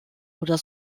oder